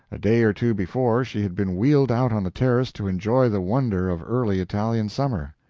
a day or two before she had been wheeled out on the terrace to enjoy the wonder of early italian summer.